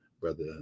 brother